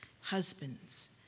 Husbands